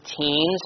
teens